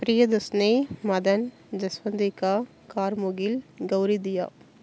Priyadarshini Madhan Jaswanthika Karmugil Gowridhiya